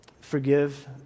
forgive